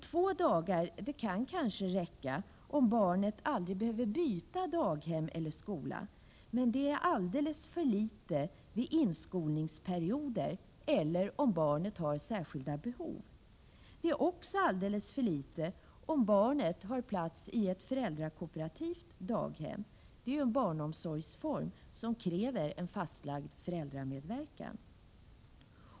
Två dagar kan kanske räcka om barnet aldrig behöver byta daghem eller skola, men det är alldeles för litet vid inskolningsperioder och om barnet har särskilda behov. Det är också alldeles för litet om barnet har plats i ett föräldrakooperativt daghem. Det är en barnomsorgsform som kräver en fastlagd föräldramedverkan.